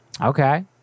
Okay